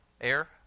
air